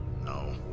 No